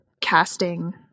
casting